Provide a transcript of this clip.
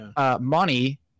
money